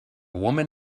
woman